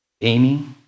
Amy